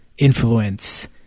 influence